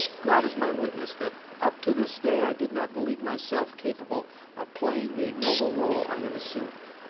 god is my witness that up to this day i did not believe myself capable of playing the ignoble role i have assumed,